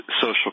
social